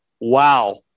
wow